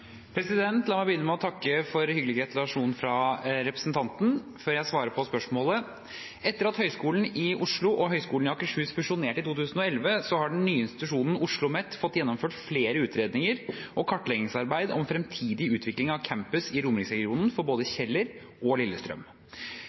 La meg begynne med å takke for hyggelig gratulasjon fra representanten før jeg svarer på spørsmålet. Etter at Høgskolen i Oslo og Høgskolen i Akershus fusjonerte i 2011, har den nye institusjonen OsloMet fått gjennomført flere utredninger og kartleggingsarbeid om fremtidig utvikling av campus i Romeriksregionen, for både Kjeller og Lillestrøm.